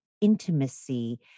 intimacy